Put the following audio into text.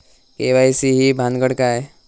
KYC ही भानगड काय?